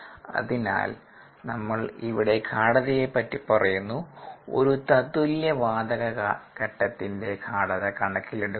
അതിനാൽ നമ്മൾ ഇവിടെ ഗാഢതയെ പറ്റി പറയുന്നു ഒരു തത്തുല്യ വാതക ഘട്ടത്തിന്റെ ഗാഢത കണക്കിലെടുക്കുമ്പോൾ